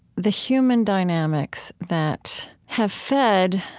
the human dynamics that have fed,